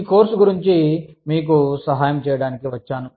ఈ కోర్సు గురించి మీకు సహాయం చేయడానికి వచ్చాను